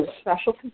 special